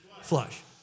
Flush